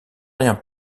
rien